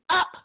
up